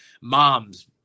moms